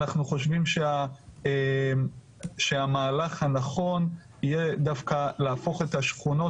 אנחנו חושבים שהמהלך הנכון יהיה דווקא להפוך את השכונות,